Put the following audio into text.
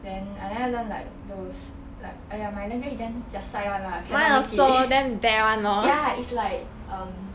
then I never learn like those like !aiya! my language damn jia sai [one] lah cannot make it ya it's like um